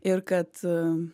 ir kad